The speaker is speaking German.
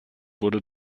wurde